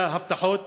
אלא הבטחות